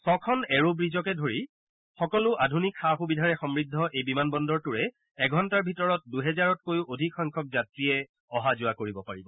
ছখন এৰ ব্ৰিজকে ধৰি সকলো আধুনিক সা সুবিধাৰে সমূদ্ধ এই বিমান বন্দৰটোৰে এঘণ্টৰ ভিতৰত দুহেজাৰতকৈও অধিকসংখ্যক যাত্ৰীয়ে অহা যোৱা কৰিব পাৰিব